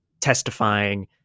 testifying